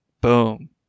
Boom